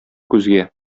күзгә